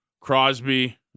Crosby